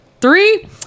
three